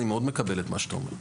אני מקבל מאוד את מה שאתה אומר.